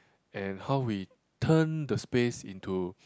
and how we turn the space into